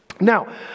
Now